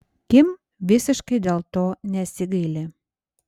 kim visiškai dėl to nesigaili